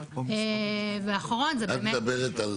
ואחרון --- את מדברת על